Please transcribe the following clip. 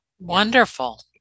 wonderful